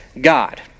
God